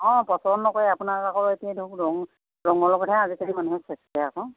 অঁ পচন্দ নকৰে আপোনাক আকৌ এতিয়া ধৰক ৰং ৰঙৰ লগতহে আজিকালি মানুহে চইজ কৰে আকৌ